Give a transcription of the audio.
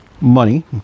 money